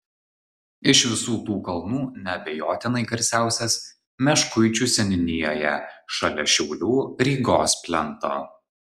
iš visų tų kalnų neabejotinai garsiausias meškuičių seniūnijoje šalia šiaulių rygos plento